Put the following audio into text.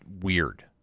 weird